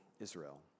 Israel